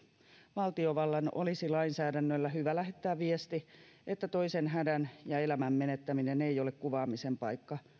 valtiovallan olisi lainsäädännöllä hyvä lähettää viesti että toisen hädän ja elämän menettäminen ei ole kuvaamisen paikka